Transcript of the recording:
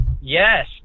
yes